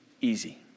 easy